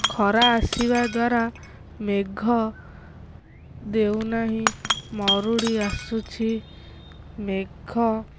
ଖରା ଆସିବା ଦ୍ୱାରା ମେଘ ଦେଉନାହିଁ ମରୁଡ଼ି ଆସୁଛି ମେଘ